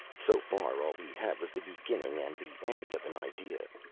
so far all he had was the beginning and the end of an idea.